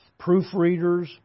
proofreaders